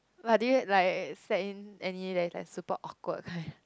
but did you like sat in any like super awkward leh